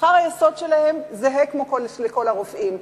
שכר היסוד שלהם זהה לזה של כל הרופאים.